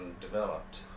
developed